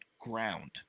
ground